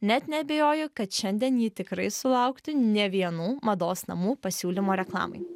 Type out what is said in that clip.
net neabejoju kad šiandien ji tikrai sulauktų ne vienų mados namų pasiūlymo reklamai